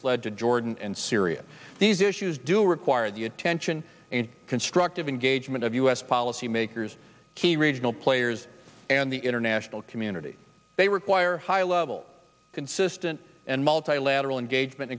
fled to jordan and syria these issues do require the attention and constructive engagement of u s policymakers key regional players and the international community they require high level consistent and multilateral engagement